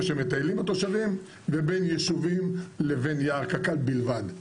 שמטיילים התושבים ובין ישובים לבין יער קק"ל בלבד.